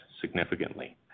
significantly